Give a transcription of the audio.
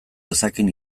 dezakeen